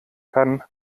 kann